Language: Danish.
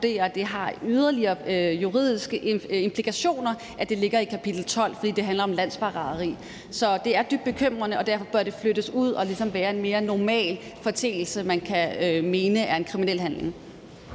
det har yderligere juridiske implikationer, at det ligger i kapitel 12, fordi det handler om landsforræderi. Så det er dybt bekymrende, og derfor bør det flyttes ud og ligesom være en mere normal forseelse, man kan mene er en kriminel handling.